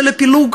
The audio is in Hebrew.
פילוג,